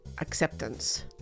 acceptance